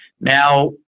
Now